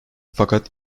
fakat